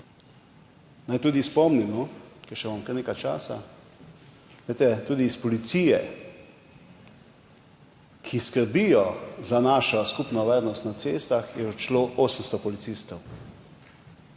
Naj tudi spomnim, ker imam še nekaj časa, tudi s policije, kjer skrbijo za našo skupno varnost na cestah, je odšlo 800 policistov.